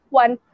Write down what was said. one